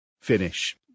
finish